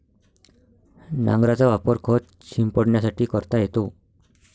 नांगराचा वापर खत शिंपडण्यासाठी करता येतो